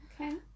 Okay